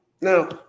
Now